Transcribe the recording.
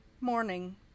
morning